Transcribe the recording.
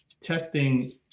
testing